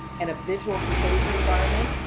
and a visual composer environment.